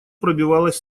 пробивалась